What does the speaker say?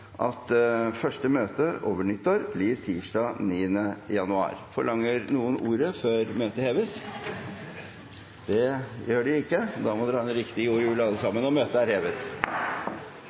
at første møte over nyttår blir tirsdag 9. januar. Ber noen om ordet før møtet heves? – God jul, møtet er hevet.